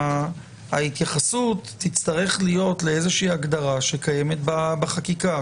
ההתייחסות תצטרך להיות לאיזושהי הגדרה שקיימת בחקיקה.